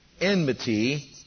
Enmity